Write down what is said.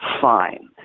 fine